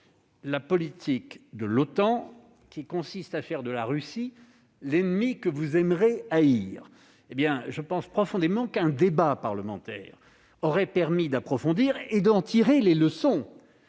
la politique de l'OTAN consistant à faire de la Russie l'ennemi que vous aimerez haïr ? Je pense profondément qu'un débat parlementaire aurait permis d'approfondir ce sujet et que des leçons